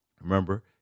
Remember